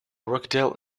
rockdale